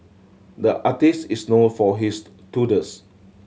the artist is known for his doodles